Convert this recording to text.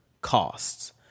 costs